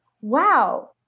wow